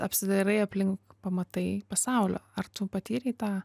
apsidairai aplink pamatai pasaulio ar tu patyrei tą